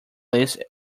list